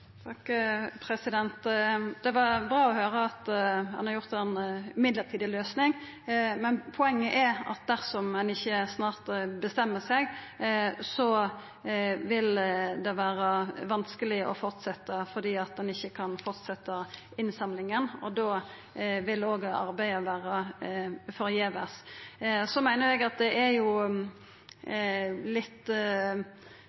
Det var bra å høyra at ein har gjort ei mellombels løysing, men poenget er at dersom ein ikkje snart bestemmer seg, vil det vera vanskeleg å fortsetja fordi ein ikkje kan fortsetja innsamlinga. Da vil òg arbeidet vera forgjeves. Ein kan argumentera med kostnadsauke, men det er